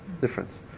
difference